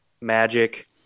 Magic